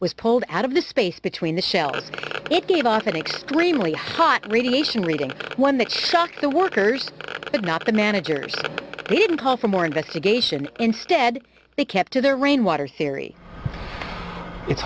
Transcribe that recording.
was pulled out of the space between the shelves it gave off an extremely hot radiation reading one that sucked the workers but not the managers they didn't call for more investigation instead they kept to their rainwater theory it's